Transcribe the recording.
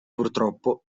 purtroppo